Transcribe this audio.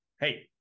hey